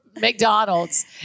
McDonald's